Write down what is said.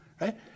right